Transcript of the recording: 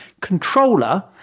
controller